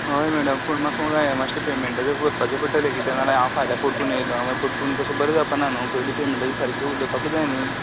होय मॅडम पूण म्हाका मुगे हे मातशे पेमॅण्टाचे भरपाचें पडटलें कित्या नाजाल्यार हांव फाल्यां परतून एयलो मागीर परतून तशें बरें जावपाना न्हू पयलीं पेमॅण्टाचें सारकें उलोवपाकूच जाय न्ही